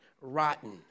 rotten